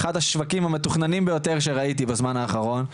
מתנהל פה אחד השווקים המתוכננים ביותר שראיתי בזמן האחרון.